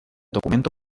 documento